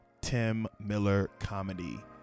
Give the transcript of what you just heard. timmillercomedy